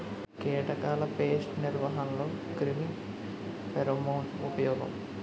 కీటకాల పేస్ట్ నిర్వహణలో క్రిమి ఫెరోమోన్ ఉపయోగం